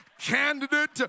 candidate